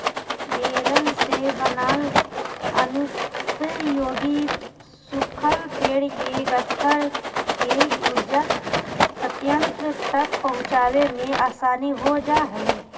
baler से बनाल अनुपयोगी सूखल पेड़ के गट्ठर के ऊर्जा संयन्त्र तक पहुँचावे में आसानी हो जा हई